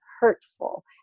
hurtful